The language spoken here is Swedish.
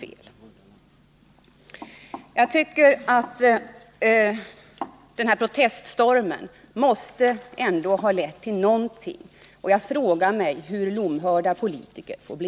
Proteststormen mot propositionen borde ändå leda till någonting. Jag frågar mig hur lomhörda politiker får bli.